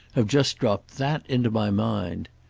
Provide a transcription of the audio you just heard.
have just dropped that into my mind.